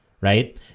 right